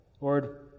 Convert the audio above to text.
Lord